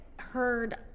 heard